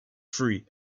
free